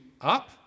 up